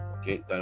Okay